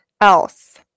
else